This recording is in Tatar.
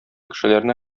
кешеләрне